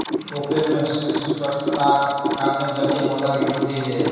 पोखैर में स्वच्छताक कारणेँ जलीय पौधा के वृद्धि भेल